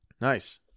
Nice